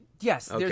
Yes